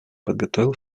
подготовил